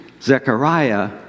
zechariah